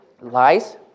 lies